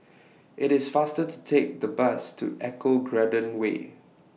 IT IS faster to Take The Bus to Eco Garden Way